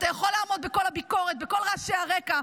אתה יכול לעמוד בכל הביקורת, בכל רעשי הרקע.